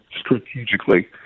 strategically